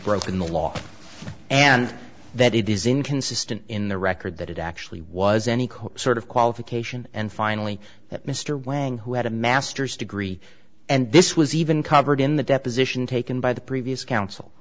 broken the law and that it is inconsistent in the record that it actually was any sort of qualification and finally that mr wang who had a master's degree and this was even covered in the deposition taken by the previous counsel